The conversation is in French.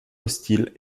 hostile